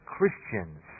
Christians